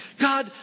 God